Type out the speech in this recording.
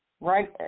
right